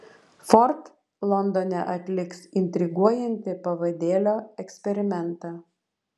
ford londone atliks intriguojantį pavadėlio eksperimentą